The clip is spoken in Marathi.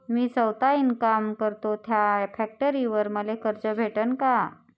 मी सौता इनकाम करतो थ्या फॅक्टरीवर मले कर्ज भेटन का?